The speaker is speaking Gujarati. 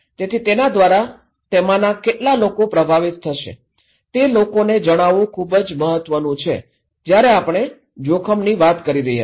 તેથી તેના દ્વારા તેમાંના કેટલા લોકો પ્રભાવિત થશે તે લોકોને જણાવવાનું ખૂબ મહત્વનું છે જ્યારે આપણે જોખમની વાત કરી રહ્યા છીએ